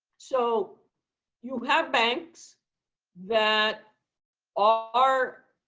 so you have banks that ah are,